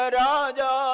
raja